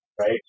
right